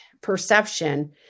perception